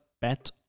bet